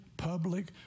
public